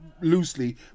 loosely